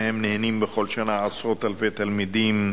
שממנה נהנים בכל שנה עשרות אלפי תלמידים.